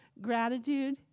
gratitude